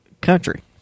Country